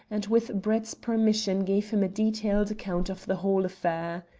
and with brett's permission gave him a detailed account of the whole affair.